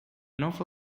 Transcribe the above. nova